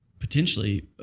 Potentially